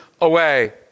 away